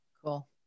Cool